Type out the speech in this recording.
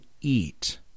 eat